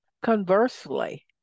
conversely